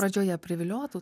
pradžioje priviliotų